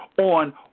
on